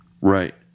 right